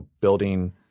building